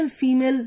female